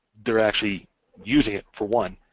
they're actually using it for one,